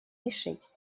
решить